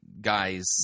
Guys